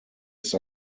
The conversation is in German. ist